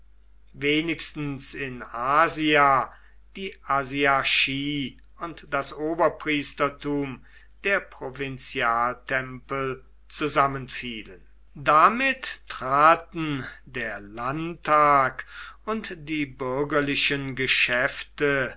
wenigstens in asia die asiarchie und das oberpriestertum der provinzialtempel zusammenfielen damit traten der landtag und die bürgerlichen geschäfte